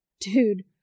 Dude